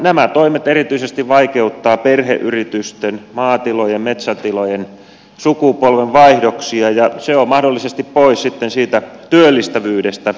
nämä toimet erityisesti vaikeuttavat perheyritysten maatilojen metsätilojen sukupolvenvaihdoksia ja se on mahdollisesti pois sitten siitä työllistävyydestä jatkoa ajatellen